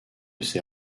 ses